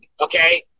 Okay